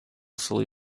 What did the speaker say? solution